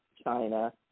China